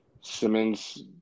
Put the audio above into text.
Simmons